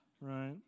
right